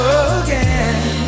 again